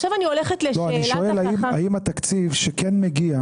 האם התקציב שמגיע